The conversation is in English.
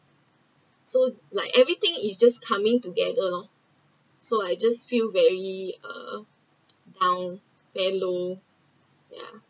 so like everything is just coming together lor so I just feel very uh down very low ya